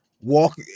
walk